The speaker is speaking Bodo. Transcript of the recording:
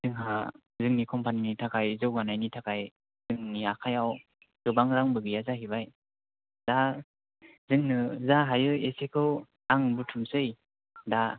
जोंहा जोंनि कम्पानिनि थाखाय जौगानायनि थाखाय जोंनि आखायाव गोबां रांबो गैया जाहैबाय दा जोंनो जा हायो एसेखौ आं बुथुमसै दा